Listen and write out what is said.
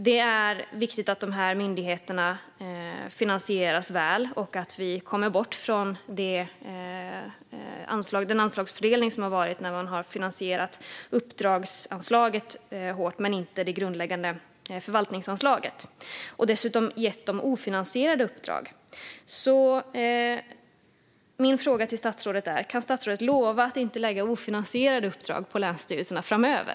Det är viktigt att de här myndigheterna finansieras väl och att vi kommer bort från den anslagsfördelning som har varit då man har finansierat uppdragsanslaget hårt men inte det grundläggande förvaltningsanslaget och dessutom gett dem ofinansierade uppdrag. Så min fråga till statsrådet är: Kan statsrådet lova att inte lägga ofinansierade uppdrag på länsstyrelserna framöver?